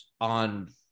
on